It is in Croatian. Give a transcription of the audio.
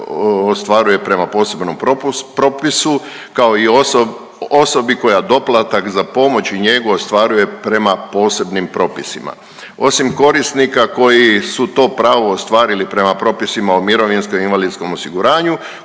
ostvaruje prema posebnom propisu kao i osobi koja doplatak za pomoć i njegu ostvaruje prema posebnim propisima. Osim korisnika koji su to pravo ostvarili prema propisima o mirovinskom i invalidskom osiguranju,